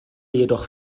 jedoch